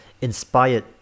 inspired